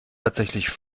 tatsächlich